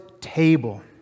table